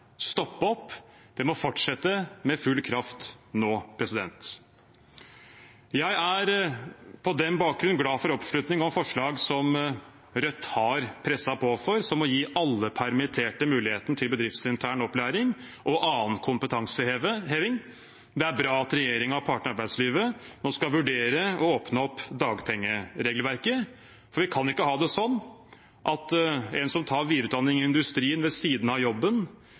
stoppe opp, det må fortsette med full kraft nå. Jeg er på den bakgrunn glad for oppslutning om forslag som Rødt har presset på for, som å gi alle permitterte muligheten til bedriftsintern opplæring og annen kompetanseheving. Det er bra at regjeringen og partene i arbeidslivet nå skal vurdere å åpne opp dagpengeregelverket, for vi kan ikke ha det sånn at en som tar videreutdanning i industrien ved siden av jobben,